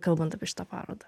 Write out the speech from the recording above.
kalbant apie šitą parodą